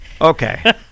Okay